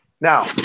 Now